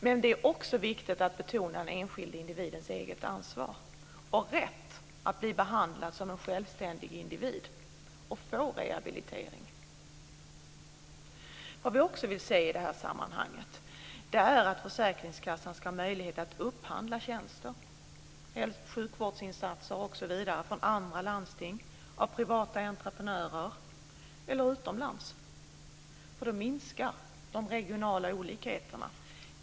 Men det är också viktigt att betona den enskilde individens eget ansvar, rätt att bli behandlad som en självständig individ och få rehabilitering. Försäkringskassan ska också ha möjlighet att upphandla tjänster, sjukvårdsinsatser osv. från andra landsting, av privata entreprenörer eller utomlands för att minska de regionala olikheterna.